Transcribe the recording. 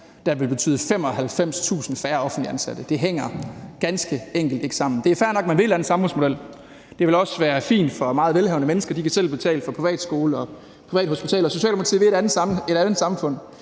der vil betyde 95.000 færre offentligt ansatte. Det hænger ganske enkelt ikke sammen. Det er fair nok, at man vil en anden samfundsmodel, og det vil også være fint for meget velhavende mennesker, for de kan selv betale for privatskole og privathospitaler. Socialdemokratiet vil et andet samfund.